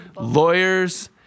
lawyers